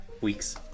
weeks